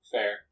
Fair